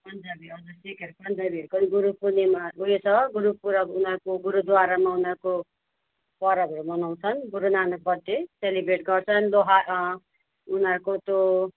पन्जाबी हजुर सिखहरू पन्जाबीहरूको पनि गुरु पुर्णिमा उयो छ गुरु पुरब उनीहरूको गुरुद्वारामा उनीहरूको पर्वहरू मनाउँछन् गुरुनानक बर्थडे सेलिब्रेट गर्छन् लोहार उनीहरूको त्यो